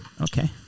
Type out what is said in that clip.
Okay